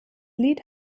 lied